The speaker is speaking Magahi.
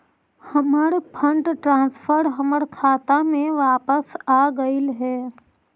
हमर फंड ट्रांसफर हमर खाता में वापस आगईल हे